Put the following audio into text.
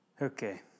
Okay